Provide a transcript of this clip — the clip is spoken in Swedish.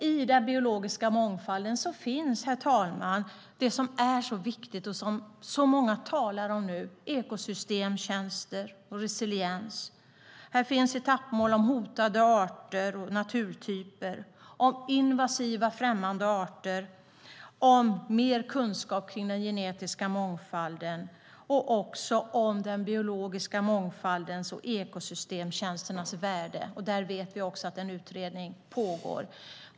I den biologiska mångfalden finns, herr talman, det som är så viktigt och som så många talar om nu: ekosystemtjänster och resiliens. Här finns etappmål om hotade arter och naturtyper, om invasiva främmande arter, om mer kunskap om den genetiska mångfalden och om den biologiska mångfaldens och ekosystemtjänsternas värde. Vi vet att en utredning om detta pågår.